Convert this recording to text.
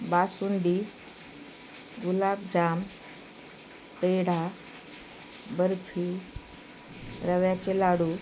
बासुंदी गुलाबजाम पेढा बर्फी रव्याचे लाडू